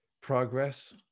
progress